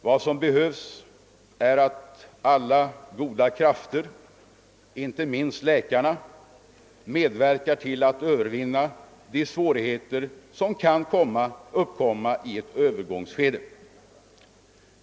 Vad som behövs är att alla goda krafter — inte minst läkarna — medverkar till att övervinna de svårigheter som kan uppkomma i ett övergångsskede.